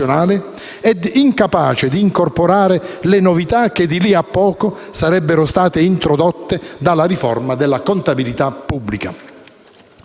ed incapace di incorporare le novità che di lì a poco sarebbero state introdotte dalla riforma della contabilità pubblica.